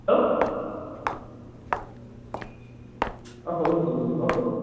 hello অ' শুনিছোঁ শুনিছোঁ কওকচোন